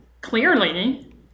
Clearly